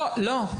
לא, לא.